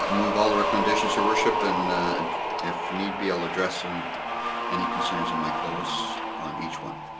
ah move all recommendations, your worship, and and if need be, i'll address any concerns in my close on each one.